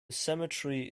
cemetery